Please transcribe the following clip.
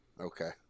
Okay